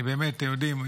אתם יודעים,